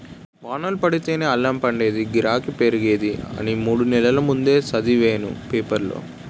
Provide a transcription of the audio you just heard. వానలు పడితేనే అల్లం పండేదీ, గిరాకీ పెరిగేది అని మూడు నెల్ల ముందే సదివేను పేపరులో